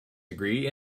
degree